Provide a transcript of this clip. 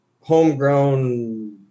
Homegrown